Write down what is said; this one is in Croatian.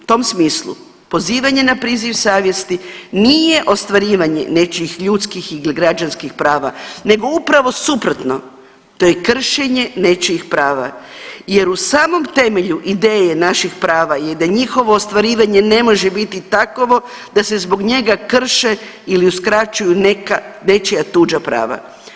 U tim, tom smislu pozivanje na priziv savjesti nije ostvarivanje nečijih ljudskih ili građanskih prava nego upravo suprotno, to je kršenje nečijih prava jer u samom temelju ideje naših prava je da njihovo ostvarivanje ne može biti takovo da se zbog njega krše ili uskraćuju neka, nečija tuđa prava.